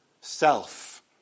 Self